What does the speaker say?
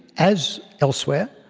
as elsewhere,